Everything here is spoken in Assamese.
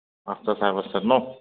পাঁচটা চাৰে পাঁচটাত ন'